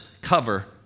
cover